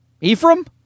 Ephraim